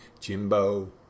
Jimbo